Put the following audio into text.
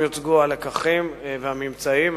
ושם יוצגו הלקחים והממצאים.